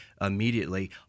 immediately